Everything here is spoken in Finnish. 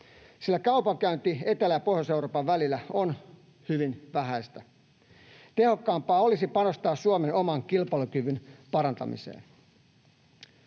sillä kaupankäynti Etelä- ja Pohjois-Euroopan välillä on hyvin vähäistä. Tehokkaampaa olisi panostaa Suomen oman kilpailukyvyn parantamiseen.